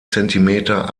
zentimeter